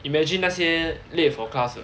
imagine 那些 late for class 的